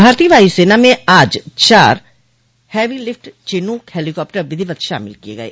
भारतीय वायुसेना में आज चार हैवीलिफ्ट चिनूक हैलीकॉप्टर विधिवत् शामिल किये गये